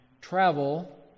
travel